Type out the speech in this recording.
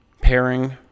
pairing